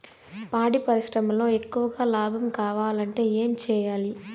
పాడి పరిశ్రమలో ఎక్కువగా లాభం కావాలంటే ఏం చేయాలి?